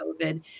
COVID